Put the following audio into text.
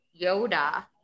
Yoda